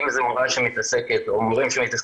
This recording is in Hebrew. אם זה מורה שמתעסקת רק בציונים,